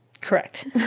Correct